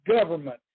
government